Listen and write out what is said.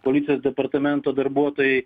policijos departamento darbuotojai